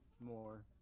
more